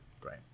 great